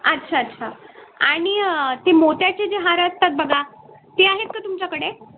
अच्छा अच्छा आणि ते मोत्याचे जे हार असतात बघा ते आहेत का तुमच्याकडे